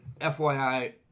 FYI